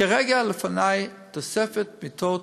כרגע, לפני תוספת מיטות,